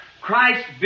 Christ